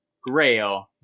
Grail